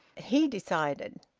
he decided.